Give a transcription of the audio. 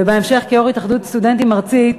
ובהמשך כיו"ר התאחדות הסטודנטים הארצית,